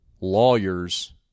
lawyer's